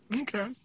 Okay